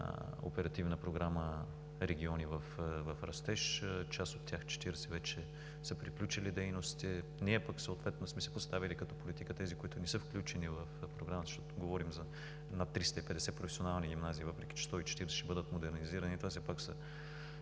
Оперативна програма „Региони в растеж“. Част от тях – в 40, вече са приключили дейностите. Ние съответно сме си поставили като политика тези, които не са включени в Програмата, защото говорим за над 350 професионални гимназии, въпреки че 140 ще бъдат модернизирани, това все пак са